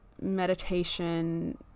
meditation